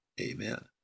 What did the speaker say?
Amen